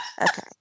Okay